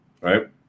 right